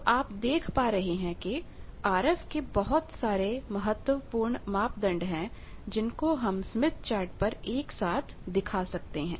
तो आप देख पा रहे हैं कि आरएफ के ऐसे बहुत सारे महत्वपूर्णमापदंड है जिनको हम स्मिथ चार्ट पर एक साथ दिखा सकते हैं